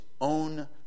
own